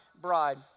bride